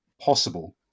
possible